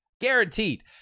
Guaranteed